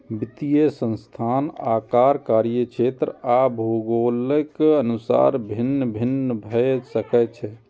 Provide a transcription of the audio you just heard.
वित्तीय संस्थान आकार, कार्यक्षेत्र आ भूगोलक अनुसार भिन्न भिन्न भए सकै छै